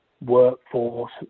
workforce